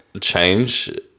change